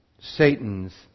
Satan's